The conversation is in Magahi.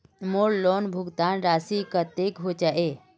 मोर लोन भुगतान राशि कतेक होचए?